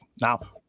Now